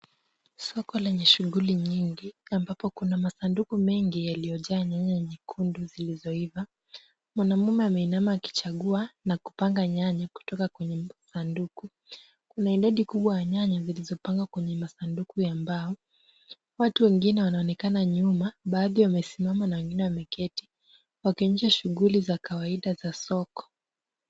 Soko lenye shughuli nyingi, ambapo kuna masanduku mengi yaliyojaa nyanya nyekundu zilizoiva. Mwanamume ameinama akichagua na kupanga nyanya kutoka kwenye masanduku. Kuna idadi kubwa ya nyanya zilizopangwa kwenye masanduku ya mbao. Watu wengine wanaonekana nyuma, baadhi wamesimama na wengine wameketi wakionyesha shughuli za kawaida za soko.